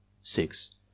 Six